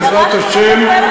בעזרת השם.